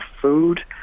food